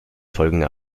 folgende